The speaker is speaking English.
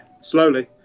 slowly